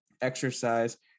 exercise